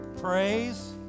Praise